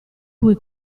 cui